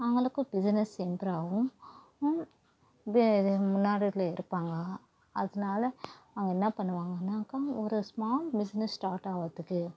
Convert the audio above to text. அவங்களுக்கும் business improve ஆகும் இது இது முன்னாடி இதில் இருப்பாங்கள் அதனால அவங்க என்ன பண்ணுவாங்கன்னாக்கா ஒரு ஸ்மால் பிஸ்னஸ் ஸ்டார்ட் ஆகுறத்துக்கு